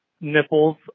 nipples